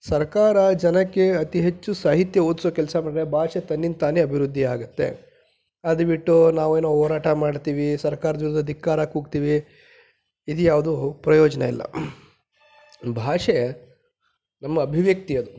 ಸರ್ಕಾರ ಜನಕ್ಕೆ ಅತಿ ಹೆಚ್ಚು ಸಾಹಿತ್ಯ ಓದಿಸೋ ಕೆಲಸ ಮಾಡಿದ್ರೆ ಭಾಷೆ ತನ್ನಿಂದತಾನೆ ಅಭಿವೃದ್ದಿ ಆಗತ್ತೆ ಅದು ಬಿಟ್ಟು ನಾವೇನೋ ಹೋರಾಟ ಮಾಡ್ತಿವಿ ಸರ್ಕಾರದ ವಿರುದ್ಧ ಧಿಕ್ಕಾರ ಕೂಗ್ತಿವಿ ಇದ್ಯಾವುದೂ ಪ್ರಯೋಜನ ಇಲ್ಲ ಭಾಷೆ ನಮ್ಮ ಅಭಿವ್ಯಕ್ತಿ ಅದು